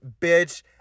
bitch